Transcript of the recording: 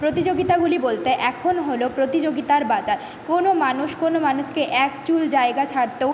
প্রতিযোগিতাগুলি বলতে এখন হলো প্রতিযোগিতার বাজার কোনো মানুষ কোনো মানুষকে এক চুল জায়গা ছাড়তেও